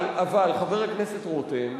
אבל, חבר הכנסת רותם,